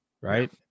right